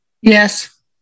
Yes